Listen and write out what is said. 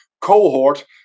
cohort